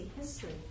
History